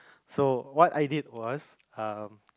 so what I did was um